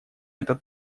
этот